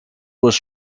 was